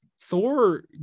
Thor